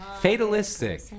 Fatalistic